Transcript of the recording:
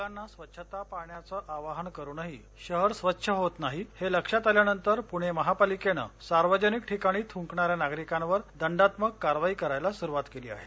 लोकांना स्वच्छता पाळण्याचं आवाहन करूनही शहर स्वच्छ होत नाहीत हे लक्षात आल्यानंतर पुणे महापालिकेन सार्वजनिक ठिकाणी थुंकणाऱ्या नागरिकांवर दंडात्मक कारवाई करायला सुरुवात केली आहे